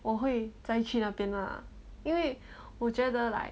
我会再去那边 lah 因为我觉得 like